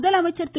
முதலமைச்சர் திரு